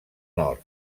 nord